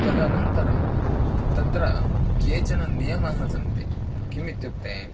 तदनन्तरं तत्र केचन नियमाः सन्ति किम् इत्युक्ते